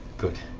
good.